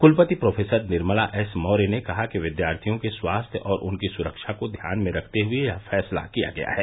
कुलपति professor Nirmala S Maurya ने कहा कि विद्यार्थियों के स्वास्थ्य और उनकी सुरक्षा को ध्यान में रखते हुये यह फैसला किया गया है